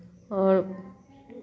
आओर